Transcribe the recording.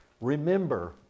Remember